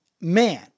Man